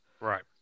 Right